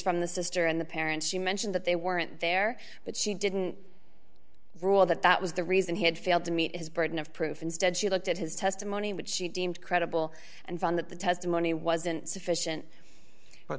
from the sister and the parents you mention that they weren't there but she didn't rule that that was the reason he had failed to meet his burden of proof instead she looked at his testimony what she deemed credible and found that the testimony wasn't sufficient